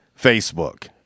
Facebook